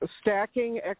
stacking